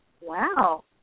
Wow